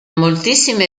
moltissime